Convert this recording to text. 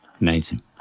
Amazing